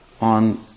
on